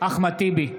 אחמד טיבי,